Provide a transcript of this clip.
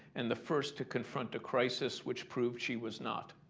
and the first to confront a crisis which proved she was not.